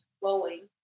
flowing